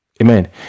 Amen